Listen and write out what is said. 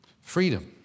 Freedom